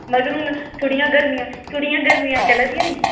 मगर हून थोह्ड़ियां गरमियां चला दियां ना